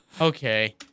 Okay